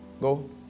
Go